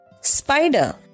Spider